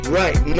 right